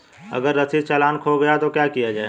अगर रसीदी चालान खो गया तो क्या किया जाए?